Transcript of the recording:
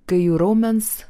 kai jų raumens